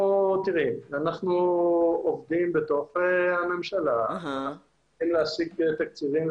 אנחנו עובדים בתוך הממשלה כדי להשיג תקציבים.